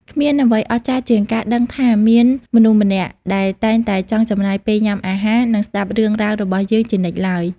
គ្មានអ្វីអស្ចារ្យជាងការដឹងថាមានមនុស្សម្នាក់ដែលតែងតែចង់ចំណាយពេលញ៉ាំអាហារ និងស្ដាប់រឿងរ៉ាវរបស់យើងជានិច្ចឡើយ។